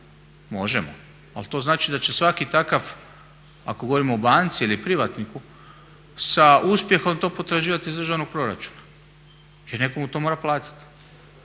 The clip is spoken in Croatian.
možemo, ali to znači da će svaki takav, ako govorimo o banci ili privatniku sa uspjehom to potraživati iz državnoga proračuna. Jer netko mu to mora platiti.